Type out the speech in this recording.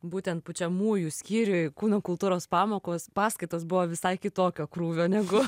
būtent pučiamųjų skyriuj kūno kultūros pamokos paskaitos buvo visai kitokio krūvio negu